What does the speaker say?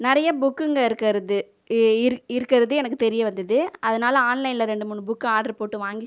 நிறைய புக்குங்க இருக்கிறது இருக்கிறது எனக்குத் தெரிய வந்துது அதனால் ஆன்லைனில் ரெண்டு மூணு புக்கு ஆர்டர் போட்டு வாங்கி